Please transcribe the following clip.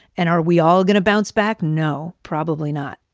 and are we all gonna bounce back? no, probably not.